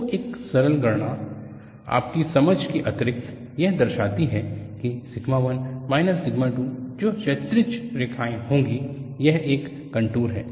तो एक सरल गणना आपकी समझ के अतिरिक्त यह दर्शाती है कि सिग्मा 1 माइनस सिग्मा 2 जो क्षैतिज रेखाएं होंगी यह एक कंटूर है